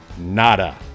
nada